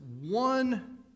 one